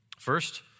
First